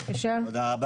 תודה.